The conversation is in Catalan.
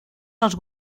dels